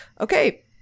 Okay